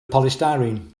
polystyrene